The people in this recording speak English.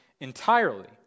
entirely